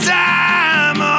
time